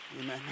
Amen